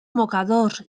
mocadors